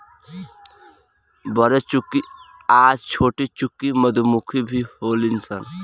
बरेचुकी आ छोटीचुकी मधुमक्खी भी होली सन